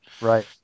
right